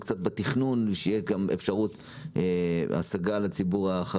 לא הצלחנו לשנות שם את התכנון כך שתהיה שם אפשרות גם לציבור החרדי.